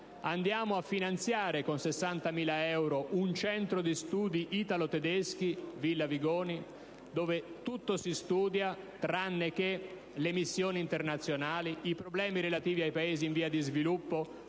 Andiamo poi a finanziare con 60.000 euro un Centro di studi italo-tedesco, "Villa Vigoni", dove tutto si studia tranne che le missioni internazionali, i problemi relativi ai Paesi in via di sviluppo